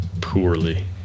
poorly